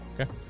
Okay